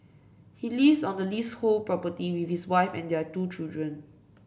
he lives on the leasehold property with his wife and their two children